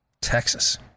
Texas